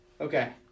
Okay